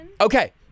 Okay